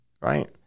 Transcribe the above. right